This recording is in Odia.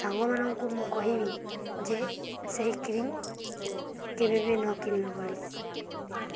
ସାଙ୍ଗମାନଙ୍କୁ ମୁଁ କହିବି ଯେ ସେହି କ୍ରିମ୍ କେବେବି ନ କିଣିବ ବୋଲିକି